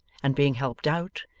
and being helped out,